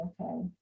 okay